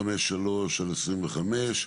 פ/853/25,